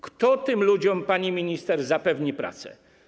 Kto tym ludziom, pani minister, zapewni pracę?